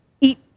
eat